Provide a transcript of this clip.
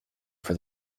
for